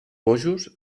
bojos